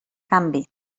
canvi